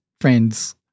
friends